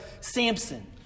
Samson